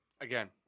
again